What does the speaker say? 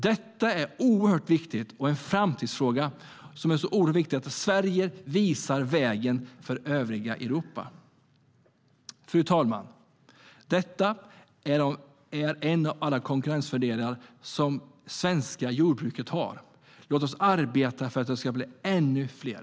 Detta är en oerhört viktig framtidsfråga, och det är viktigt att Sverige visar vägen för övriga Europa. Fru talman! Detta är en av alla konkurrensfördelar som det svenska jordbruket har. Låt oss arbeta för att det ska bli ännu fler.